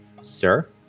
Sir